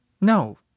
No